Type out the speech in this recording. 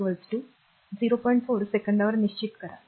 4 सेकंदावर निश्चित करा